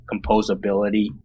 composability